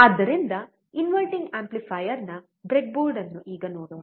ಆದ್ದರಿಂದ ಇನ್ವರ್ಟಿಂಗ್ ಆಂಪ್ಲಿಫೈಯರ್ನ ಬ್ರೆಡ್ಬೋರ್ಡ್ ಅನ್ನು ಈಗ ನೋಡೋಣ